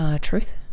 Truth